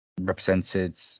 represented